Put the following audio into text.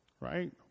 right